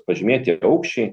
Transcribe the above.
pažymėti ir aukščiai